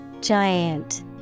Giant